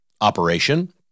operation